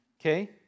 okay